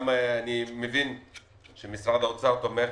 אני מבין שמשרד האוצר תומך